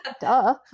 duh